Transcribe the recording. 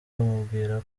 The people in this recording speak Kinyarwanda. amubwira